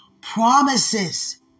promises